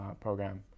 Program